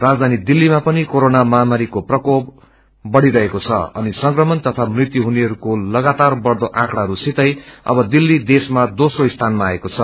राजधानी दिल्लीमा पनि कोरोना महामारीको प्रकोप बढिरहेको छ अनि संक्रमण तथा मूत्यु हुनेहरूको लगातार बढ़दो आकंडत्राहरूसितै अब यो देशमा दोम्रो स्थानमा आएको छ